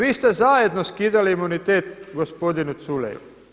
Vi ste zajedno skidali imunitet gospodinu Culeju.